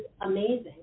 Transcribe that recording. amazing